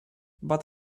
but